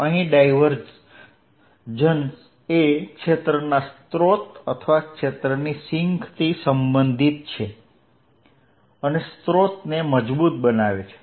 અહીં સ્પષ્ટ છે કે ડાયવર્જન્સ એ ક્ષેત્રના સ્રોત અથવા ક્ષેત્રની સિંકથી સંબંધિત છે અને સ્રોતને મજબૂત બનાવો